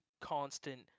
constant